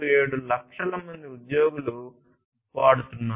37 లక్షల మంది ఉద్యోగులు వాడుతున్నారు